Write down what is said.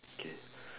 okay